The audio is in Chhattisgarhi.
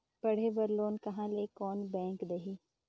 पढ़े बर लोन कहा ली? कोन बैंक देही?